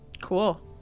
Cool